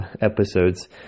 episodes